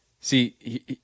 See